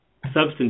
substance